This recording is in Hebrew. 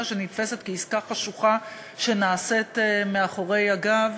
שנתפסת כעסקה חשוכה שנעשית מאחורי הגב